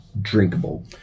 drinkable